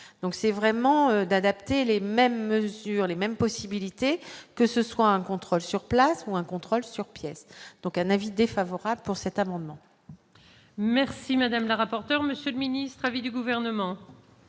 donc c'est vraiment d'adapter les mêmes mesures, les mêmes possibilités que ce soit un contrôle sur place pour un contrôle sur pièces, donc un avis défavorable pour cet amendement. Merci madame la rapporteur, Monsieur le Ministre à vie du gouvernement.